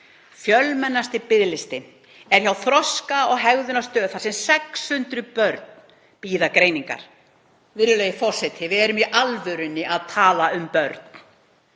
Fjölmennasti biðlistinn er hjá Þroska- og hegðunarstöð þar sem 600 börn bíða greiningar. Virðulegi forseti, við erum í alvöru að tala um börn.